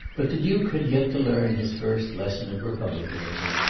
but the duke had yet to learn his first lesson of republicanism.